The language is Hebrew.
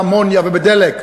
באמוניה ובדלק,